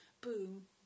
Boom